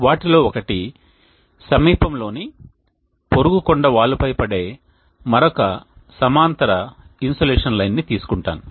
వాటిలో ఒకటి సమీపంలోని పొరుగు కొండ వాలుపై పడే మరొక సమాంతర ఇన్సోలేషన్ లైన్ని తీసుకుంటాను